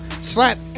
Slap